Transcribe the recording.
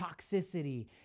toxicity